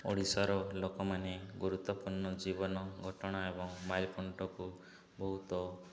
ଓଡ଼ିଶାର ଲୋକମାନେ ଗୁରୁତ୍ୱପୂର୍ଣ୍ଣ ଜୀବନ ଘଟଣା ଏବଂ ମାଇଲ ଖୁଣ୍ଟକୁ ବହୁତ